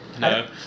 No